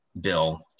bill